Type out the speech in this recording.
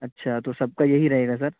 اچھا تو سب کا یہی رہے گا سر